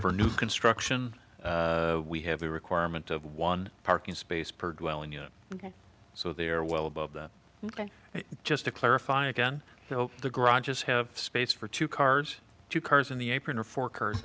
for new construction we have a requirement of one parking space per dwelling yet so they are well above that and just to clarify again the garages have space for two cars two cars in the apron or four cur